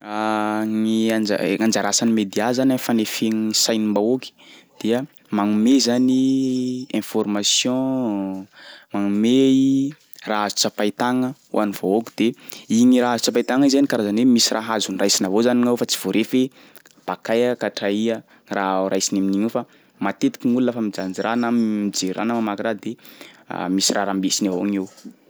Gny anja- asan'ny média zany am'fanefegny ny sainim-bahoaky dia magnome zany information, magnome i raha azo tsapain-tagna ho an'ny vahoaky de igny raha azo tsapain-tagna igny zany karazany hoe misy raha azony raisiny avao zany gn'ao fa tsy voarefy bakaia ka traaia raha ho raisiny amin'igny ao fa matetiky gn'olo lafa mijanjy raha na m- mijery raha na mamaky raha de misy raha rambesiny avao aminy eo.